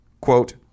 quote